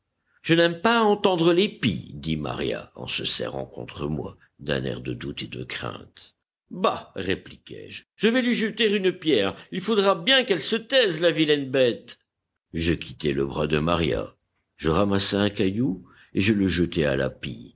je n'aime pas à entendre les pies dit maria en se serrant contre moi d'un air de doute et de crainte bah répliquai-je je vais lui jeter une pierre il faudra bien qu'elle se taise la vilaine bête je quittai le bras de maria je ramassai un caillou et je le jetai à la pie